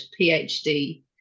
PhD